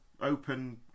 open